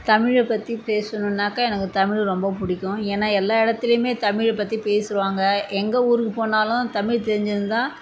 தமிழை பற்றி பேசணுன்னாக்க எனக்கு தமிழ் ரொம்ப பிடிக்கும் ஏன்னால் எல்லா இடத்துலையுமே தமிழைப் பற்றி பேசுவாங்க எங்கள் ஊருக்கு போனாலும் தமிழ் தெரிஞ்சிருந்தால்